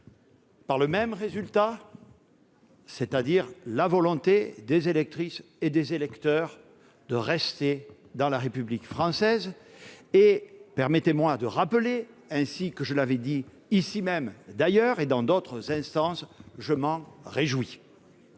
par le même résultat, exprimant la volonté des électrices et des électeurs de rester dans la République française. Permettez-moi de rappeler, ainsi que je l'ai dit ici même et dans d'autres instances, que je m'en réjouis.